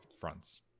fronts